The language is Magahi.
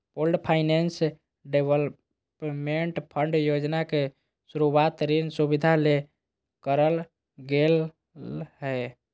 पूल्ड फाइनेंस डेवलपमेंट फंड योजना के शुरूवात ऋण सुविधा ले करल गेलय हें